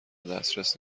دسترس